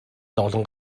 дагуулан